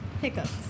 Hiccups